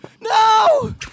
No